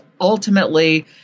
ultimately